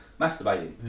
masturbating